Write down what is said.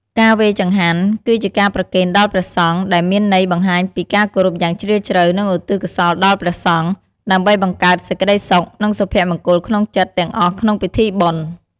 ការវេរចង្ហាន់ គឺជាការប្រគេនដល់ព្រសង្ឃ ដែលមានន័យបង្ហាញពីការគោរពយ៉ាងជ្រាលជ្រៅ និងឧទ្ទិសកុសលដល់ព្រះសង្ឃ ដើម្បីបង្កើតសេចក្ដីសុខ និងសុភមង្គលក្នុងចិត្តទាំងអស់ក្នុងពិធីបុណ្យ។